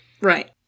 right